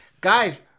Guys